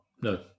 No